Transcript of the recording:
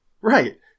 Right